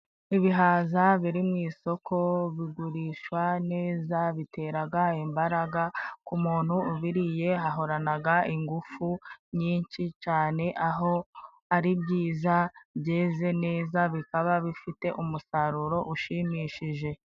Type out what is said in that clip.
Ibihaza biri mu isoko bigurishwa neza, bi biteraga imbaraga ku muntu ubiriyeriye hahoranaga ingufu nyinshi cyane, aho ari byiza byeze neza, bikaba bifite umusaruro ushimishije.